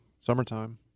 Summertime